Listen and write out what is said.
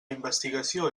investigació